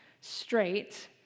straight